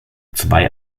zwei